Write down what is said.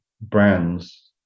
brands